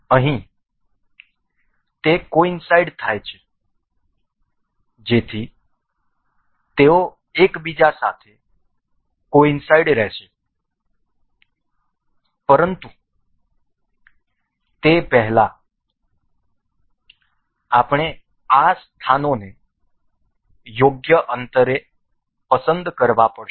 અહીં તે કોઈન્સાઈડ થાય છે જેથી તેઓ એકબીજા સાથે કોઈન્સાઈડ રહેશે પરંતુ તે પહેલાં આપણે આ સ્થાનોને યોગ્ય અંતરે પસંદ કરવું પડશે